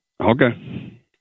Okay